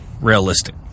Realistic